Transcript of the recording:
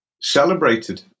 celebrated